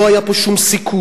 לא היה פה שום סיכון,